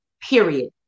period